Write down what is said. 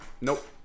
Nope